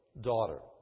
daughter